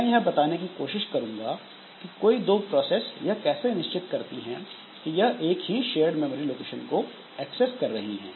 मैं यह बताने की कोशिश करूंगा कि कोई दो प्रोसेस यह कैसे निश्चित करती हैं कि यह एक ही शेयर्ड मेमोरी लोकेशन को एक्सेस कर रही है